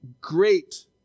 great